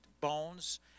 bones